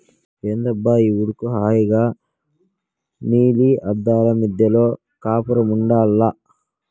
ఏందబ్బా ఈ ఉడుకు హాయిగా నీలి అద్దాల మిద్దెలో కాపురముండాల్ల